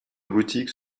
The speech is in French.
boutiques